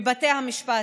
בבתי המשפט,